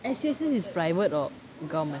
S_U_S_S is private or government